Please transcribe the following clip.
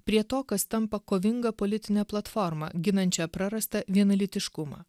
prie to kas tampa kovinga politine platforma ginančia prarastą vienalytiškumą